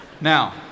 Now